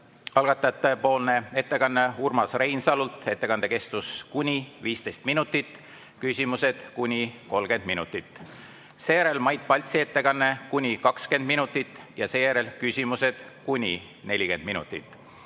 algatajatepoolne ettekanne Urmas Reinsalult. Ettekande kestus kuni 15 minutit, küsimused kuni 30 minutit. Seejärel on Mait Paltsi ettekanne kuni 20 minutit ja seejärel küsimused kuni 40 minutit.